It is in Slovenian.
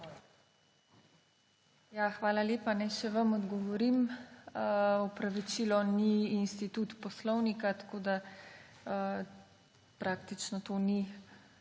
hvala lepa. Naj še vam odgovorim. Opravičilo ni institut Poslovnika, tako da praktično to ni